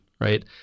right